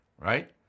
right